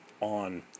on